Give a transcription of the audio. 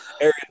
Area